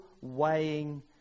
weighing